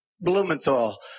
Blumenthal